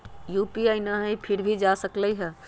UPI न हई फिर भी जा सकलई ह?